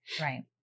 right